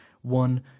one